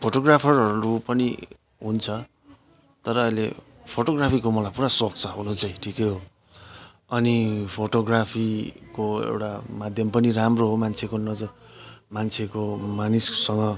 फोटोग्राफरहरू पनि हुन्छ तर अहिले फोटोग्राफीको मलाई अहिले पुरा सोख छ हुनु चाहिँ ठिकै हो अनि फोटोग्राफीको एउटा माध्यम पनि राम्रो हो मान्छेको नजर मान्छेको मानिससँग